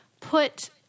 put